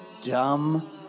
dumb